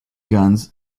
guns